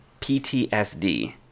PTSD